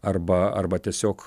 arba arba tiesiog